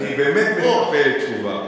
אני באמת מצפה לתשובה.